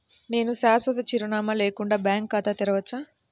నేను శాశ్వత చిరునామా లేకుండా బ్యాంక్ ఖాతా తెరవచ్చా?